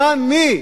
למען מי?